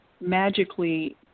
magically